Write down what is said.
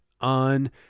on